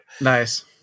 Nice